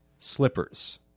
slippers